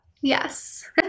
Yes